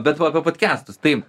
bet va apie podkestus tai